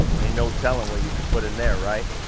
ain't no telling what you can put in there, right.